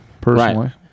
personally